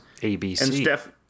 ABC